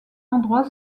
endroit